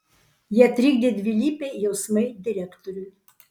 ją trikdė dvilypiai jausmai direktoriui